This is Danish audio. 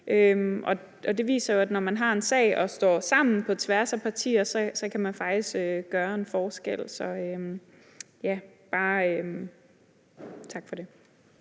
og det viser jo, at når man har en sag og står sammen på tværs af partier, kan man faktisk gøre en forskel. Så ja, bare tak for det.